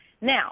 Now